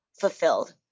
Fulfilled